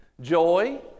Joy